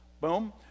boom